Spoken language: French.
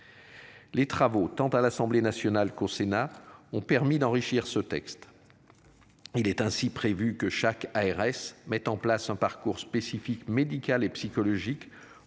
Les travaux tant à l'Assemblée nationale qu'au Sénat ont permis d'enrichir ce texte. Il est ainsi prévu que chaque ARS mettent en place un parcours spécifique médical et psychologique